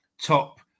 Top